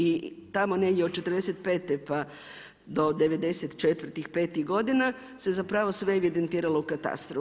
I tamo negdje od '45. pa do '94.-tih, '95.-ih godina se zapravo sve evidentiralo u katastru.